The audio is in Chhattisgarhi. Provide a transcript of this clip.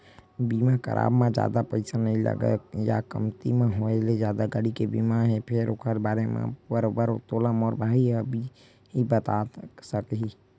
बीमा कराब म जादा पइसा नइ लगय या कमती म हो जाथे गाड़ी के बीमा ह फेर ओखर बारे म बरोबर तोला मोर भाई ह ही बताय सकही